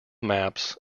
maps